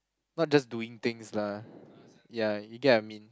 not just doing things lah ya you get what I mean